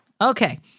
Okay